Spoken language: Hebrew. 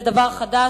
זה דבר חדש?